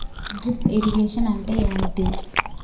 Drip irrigation అంటే ఏమిటి?